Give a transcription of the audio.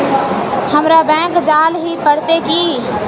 हमरा बैंक जाल ही पड़ते की?